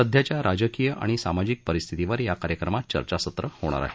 सध्याच्या राजकीय आणि सामाजिक परिस्थितीवर या कार्यक्रमात चर्चासत्र होणार आहे